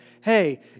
hey